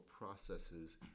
processes